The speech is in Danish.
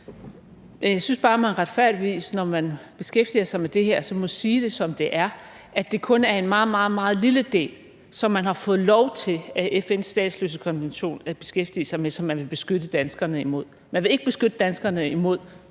Jeg synes bare, at man retfærdigvis, når man beskæftiger sig med det her, må sige det, som det er, nemlig at det kun er en meget, meget lille del, som man har fået lov til af FN's statsløsekonvention at beskæftige sig med, og som man vil beskytte danskerne imod. Man vil ikke beskytte danskerne imod